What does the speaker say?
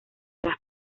las